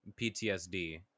PTSD